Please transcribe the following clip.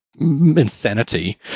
insanity